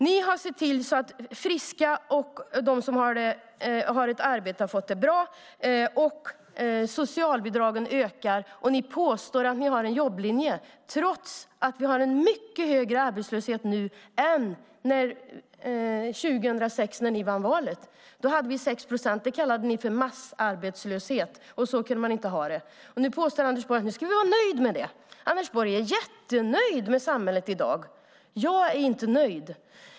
Ni har sett till att de som är friska och de som har ett arbete har fått det bra, och socialbidragen ökar. Ni påstår att ni har en jobblinje trots att vi har en mycket högre arbetslöshet nu än 2006, när ni vann valet. Då hade vi 6 procent. Det kallade ni för massarbetslöshet, och så kunde man inte ha det. Nu påstår Anders Borg att vi ska vara nöjda med det. Anders Borg är jättenöjd med samhället i dag. Jag är inte nöjd.